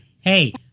Hey